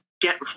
get